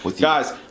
guys